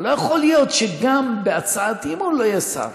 ולא יכול להיות ש בהצעת אי-אמון לא יהיה שר.